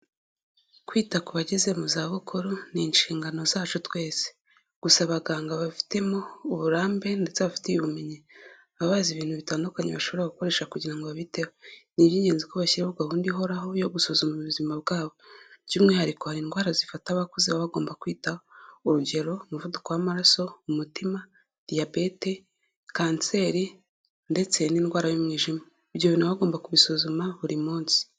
Kwita ku bageze mu zabukuru ni inshingano zacu twese. Gusa abaganga bafitemo uburambe ndetse babifitiye ubumenyi babazi ibintu bitandukanye bashobora gukoresha kugira ngo babiteho. Ni iby'ingenzi ko bashyiraho gahunda ihoraho yo gusuzuma ubuzima bwabo. By'umwihariko hari indwara zifata abakuze baba bagomba kwitaho. Urugero umuvuduko w'amaraso, umutima, diyabete, kanseri, ndetse n'indwara y'umwijima. Ibyo bintu baba bagomba kubisuzuma buri munsi.